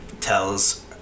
tells